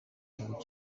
igihugu